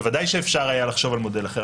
ודאי שאפשר היה לחשוב על מודל אחר.